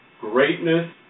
greatness